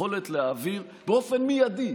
יכולת להעביר באופן מיידי,